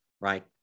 right